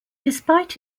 despite